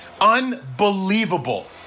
Unbelievable